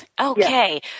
Okay